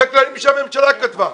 אלה כללים שהממשלה כתבה.